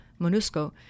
MONUSCO